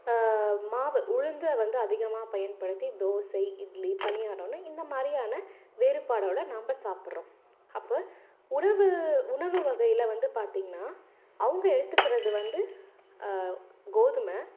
மாவு உளுந்தை வந்து அதிகமாக பயன்படுத்தி தோசை இட்லி பணியாரம்னு இந்தமாதிரியான வேறுபாடோடய நாம் சாப்பிட்றோம் அப்போ உணவு உணவு வகையில் வந்து பார்த்திங்கனா அவங்கள் எடுத்துக்கிறது வந்து கோதுமை